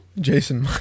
jason